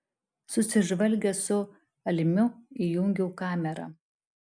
susižvalgęs su almiu įjungiau kamerą